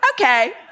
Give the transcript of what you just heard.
okay